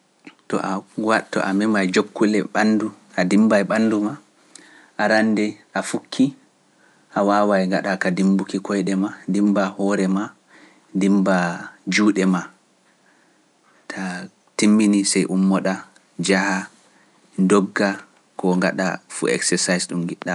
To a waɗto a mema jokkule ɓandu, a dimmba e ɓandu ma, arande a fukki, a wawa e ngaɗa ka dimmbuki koyɗe ma, dimmba hoore ma, dimmba juuɗe ma, taa timmini sey ummoɗa, njaha, ndogga ko ngaɗa fuu eksesais ɗum giɗa.